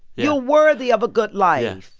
you're worthy of a good life.